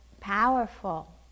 powerful